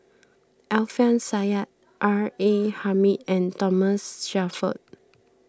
Alfian Sa'At R A Hamid and Thomas Shelford